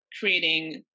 creating